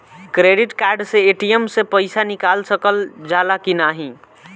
Credit card से ATM से पइसा निकाल सकल जाला की नाहीं?